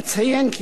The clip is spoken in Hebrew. אציין כי,